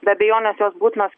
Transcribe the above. be abejonės jos būtinos